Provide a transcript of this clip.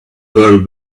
pearl